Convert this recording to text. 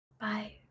Bye